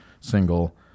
single